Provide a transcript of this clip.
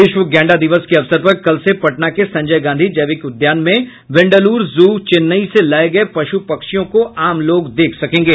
विश्व गैंडा दिवस के अवसर पर कल से पटना के संजय गांधी जैविक उद्यान में वेंडालूर जू चेन्नई से लाये गये पश् पक्षियों को आम लोग देख सकेंगे